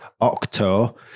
Octo